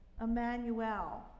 Emmanuel